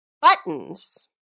Buttons